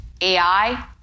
AI